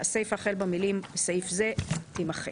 הסיפה החל במילים "בסעיף זה" תימחק,